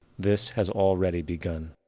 this has already begun.